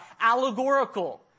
allegorical